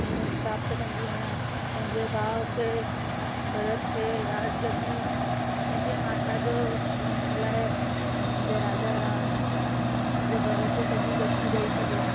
नयूं प्राप्त कंदी आहियां पंहिंजे भाव खे भरत खे राज गद्दी पंहिंजे माता जो मरण लाइ पंहिंजे राजा राम पंहिंजे भरत खे सॼी गद्दी ॾेई छॾियाईं